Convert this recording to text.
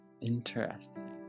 Interesting